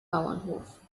bauernhof